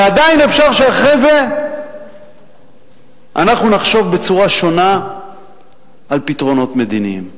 ועדיין אפשר שאחרי זה אנחנו נחשוב בצורה שונה על פתרונות מדיניים.